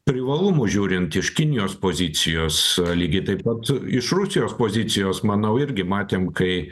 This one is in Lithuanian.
privalumų žiūrint iš kinijos pozicijos lygiai taip pat iš rusijos pozicijos manau irgi matėm kai